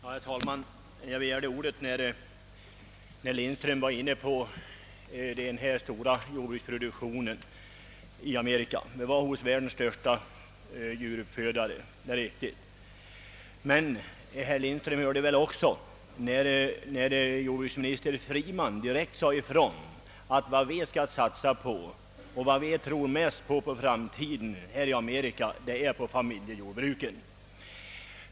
Herr talman! Jag begärde ordet därför att herr Lindström tog upp frågan om de stora jordbruksföretagen i Amerika. Det är riktigt att vi där besökte världens största djuruppfödare, men herr Lindström hörde väl när jordbruksminister Freeman direkt sade ifrån, att familjejordbruken var vad amerikanerna trodde mest på och för sin del tänkte satsa på.